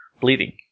bleeding